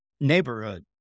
neighborhood